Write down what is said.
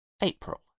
April